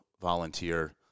volunteer